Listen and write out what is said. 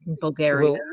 Bulgaria